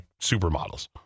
supermodels